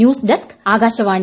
news desk Akashvani